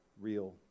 real